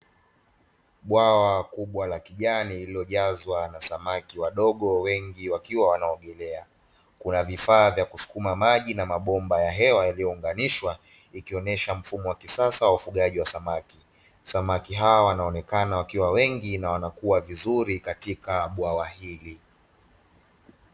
Bwawa kubwa la kijani lililojazwa na samaki wadogo wengi wakiwa wanaogelea, kuna vifaa vya kusukuma maji na mabomba ya hewa yaliyounganishwa, ikionesha mfumo wa kisasa wa ufugaji wa samaki. Samaki hawa wanaonekana wakiwa wengi na wanakua vizuri katika bwawa hili.